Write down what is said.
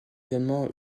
également